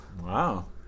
Wow